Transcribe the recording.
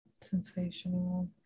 Sensational